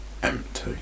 Empty